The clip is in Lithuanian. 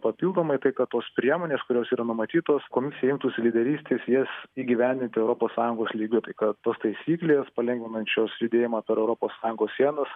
papildomai tai kad tos priemonės kurios yra numatytos komisija imtųsi lyderystės jas įgyvendinti europos sąjungos lygiu tai kad tos taisyklės palengvinančios judėjimą per europos sąjungos sienos